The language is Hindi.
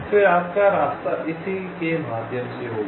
फिर आपका रास्ता इसी के माध्यम से होगा